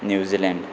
New Zealand